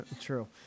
true